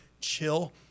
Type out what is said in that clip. chill